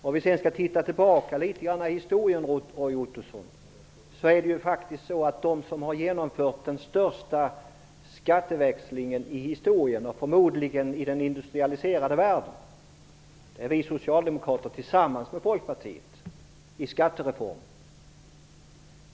Om vi går tillbaka litet i historien, Roy Ottosson, är det vi socialdemokrater som har genomfört den största skatteväxlingen i historien och förmodligen också i den industrialiserade världen. Det gjorde vi socialdemokrater tillsammans med Folkpartiet genom skattereformen.